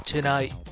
Tonight